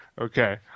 Okay